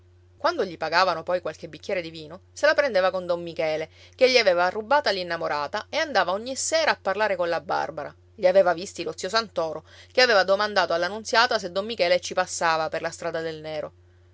quando gli pagavano poi qualche bicchiere di vino se la prendeva con don michele che gli aveva rubata l'innamorata e andava ogni sera a parlare colla barbara li aveva visti lo zio santoro che aveva domandato alla nunziata se don michele ci passava per la strada del nero